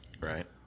Right